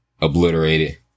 obliterated